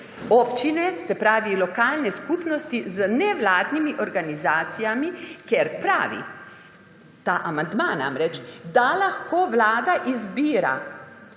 občine, se pravi, lokalne skupnosti, z nevladnimi organizacijami, ker pravi, ta amandma namreč, da lahko vlada izbira